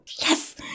yes